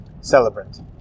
celebrant